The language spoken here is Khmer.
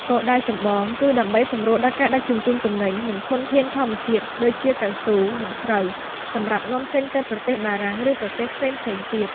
គោលដៅចម្បងគឺដើម្បីសម្រួលដល់ការដឹកជញ្ជូនទំនិញ និងធនធានធម្មជាតិ ដូចជាកៅស៊ូ និងស្រូវ សម្រាប់នាំចេញទៅប្រទេសបារាំង ឬប្រទេសផ្សេងៗទៀត។